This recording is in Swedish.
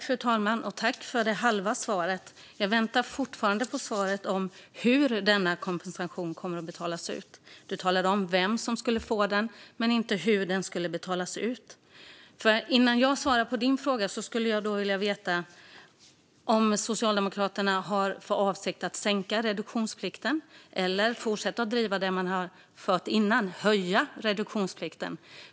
Fru talman! Jag tackar för det halva svaret. Jag väntar fortfarande på svaret om hur denna kompensation kommer att betalas ut. Du talade om vem som skulle få den, Anders Ygeman, men inte hur den skulle betalas ut. Innan jag svarar på din fråga skulle jag vilja veta om Socialdemokraterna har för avsikt att sänka reduktionsplikten eller tänker fortsätta att driva sin tidigare politik och höja reduktionsplikten.